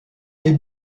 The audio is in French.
des